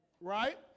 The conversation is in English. right